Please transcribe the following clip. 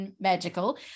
magical